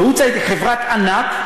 ו"וודסייד" היא חברת ענק,